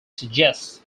suggests